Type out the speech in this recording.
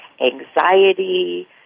anxiety